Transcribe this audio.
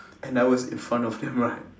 and I was in front of them right